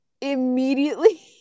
immediately